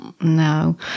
no